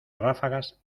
ráfagas